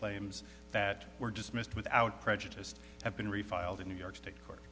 claims that were dismissed without prejudiced have been refiled in new york state court